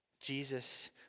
jesus